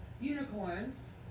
unicorns